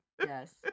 Yes